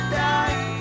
die